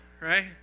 right